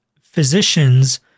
physicians